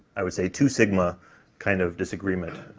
i would say, two sigma kind of disagreement.